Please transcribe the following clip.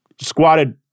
squatted